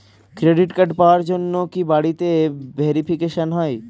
Credit card পাওয়ার জন্য কি বাড়িতে ভেরিফিকেশন হয়?